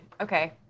Okay